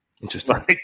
Interesting